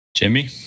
Jimmy